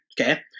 okay